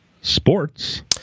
sports